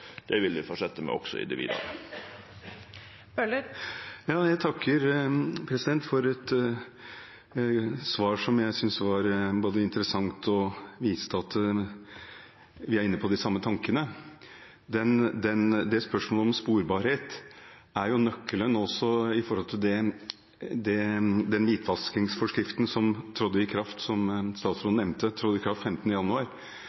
Det vil vi fortsetje med også i det vidare. Jeg takker for et svar som jeg synes både var interessant og viste at vi er inne på de samme tankene. Spørsmålet om sporbarhet er nøkkelen også når det gjelder hvitvaskingsforskriften, som trådte i kraft 15. oktober 2018, som statsråden